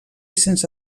sense